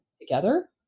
together